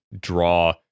draw